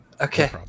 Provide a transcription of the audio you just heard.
Okay